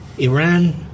Iran